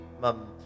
mum